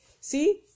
see